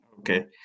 Okay